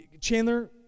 Chandler